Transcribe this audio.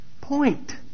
point